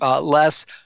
less